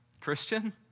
Christian